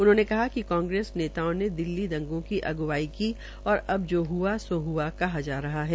उन्होंने कहा कि कांग्रेस नेताओं ने दिल्ली दंगो की अग्रवाई की और जो हआ सो हआ कहा जा रहा है